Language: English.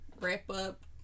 wrap-up